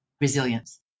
resilience